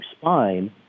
spine